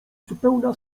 zupełna